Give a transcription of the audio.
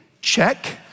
Check